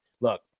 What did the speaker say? Look